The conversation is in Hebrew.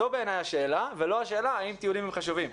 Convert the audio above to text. זו בעיני השאלה, ולא השאלה אם טיולים הם חשובים.